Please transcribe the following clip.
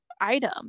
item